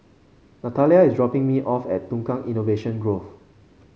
Natalya is dropping me off at Tukang Innovation Grove